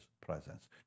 presence